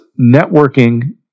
networking